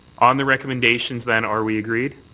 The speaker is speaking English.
on the recommendations then, are we agreed?